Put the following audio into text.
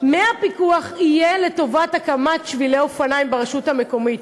מהפיקוח יהיה לטובת הקמת שבילי אופניים ברשות המקומית,